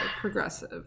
progressive